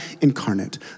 incarnate